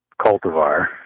cultivar